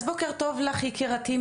אז בוקר טוב לך יקירתי,